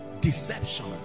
Deception